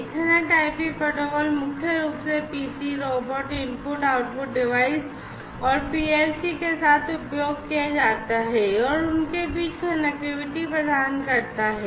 Ethernet IP protocol मुख्य रूप से PC robot input output device और पीएलसी के साथ उपयोग किया जाता है और उनके बीच कनेक्टिविटी प्रदान करता है